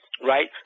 Right